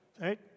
right